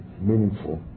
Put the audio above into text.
meaningful